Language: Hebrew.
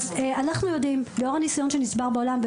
אנחנו יודעים לאור הניסיון שנצבר בעולם,